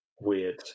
weird